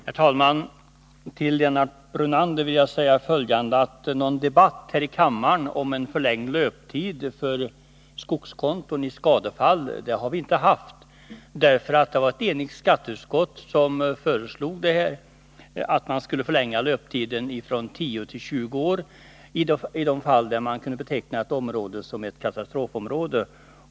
Herr talman! Till Lennart Brunander vill jag säga: Någon debatt här i kammaren om förlängd löptid för skogskonton i skadefall har vi inte haft. Det var nämligen ett enigt skatteutskott som föreslog att man skulle förlänga löptiden från tio till tjugo år i de fall man kunde beteckna ett område som katastrofområde.